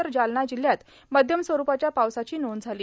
तर जालना जिल्ह्यात मध्यम स्वरूपाच्या पावसाची नोंद झाली